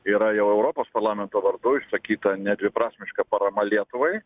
yra ir europos parlamento vardu išsakyta nedviprasmiška parama lietuvai